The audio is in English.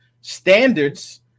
standards